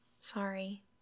Sorry